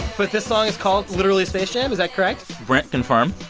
but this song is called literally space jam. is that correct? brent, confirm?